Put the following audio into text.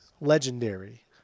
legendary